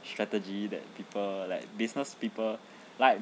strategy that people like business people like